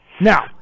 Now